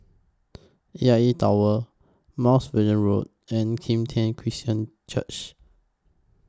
A I A Tower Mounts Vernon Road and Kim Tian Christian Church